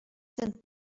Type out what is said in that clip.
sind